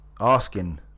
asking